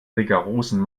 rigorosen